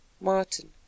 Martin